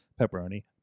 pepperoni